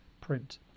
print